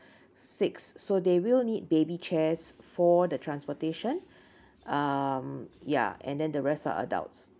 six so they will need baby chairs for the transportation um ya and then the rest are adults